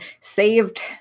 saved